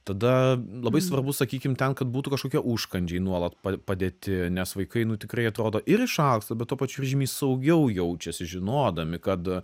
tada labai svarbu sakykim ten kad būtų kažkokie užkandžiai nuolat pa padėti nes vaikai nu tikrai atrodo ir išalksta bet tuo pačiu ir žymiai saugiau jaučiasi žinodami kad